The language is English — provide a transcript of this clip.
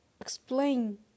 explain